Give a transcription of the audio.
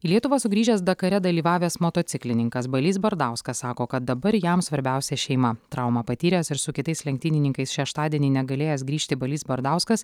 į lietuvą sugrįžęs dakare dalyvavęs motociklininkas balys bardauskas sako kad dabar jam svarbiausia šeima traumą patyręs ir su kitais lenktynininkais šeštadienį negalėjęs grįžti balys bardauskas